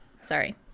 Sorry